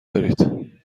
دارید